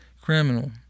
criminal